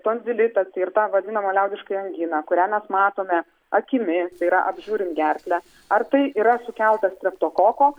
tonzilitas tai ir tą vadinamą liaudiškai anginą kurią mes matome akimis tai yra apžiūrim gerklę ar tai yra sukelta streptokoko